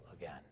again